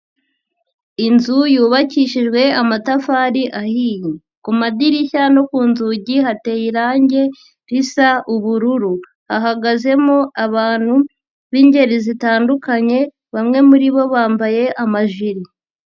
Inzu yubakishijwe amatafari ahiye, ku madirishya no ku nzugi hateye irangi risa ubururu, hahagazemo abantu b'ingeri zitandukanye, bamwe muri bo bambaye amajiri.